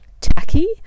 tacky